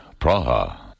Praha